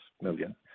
million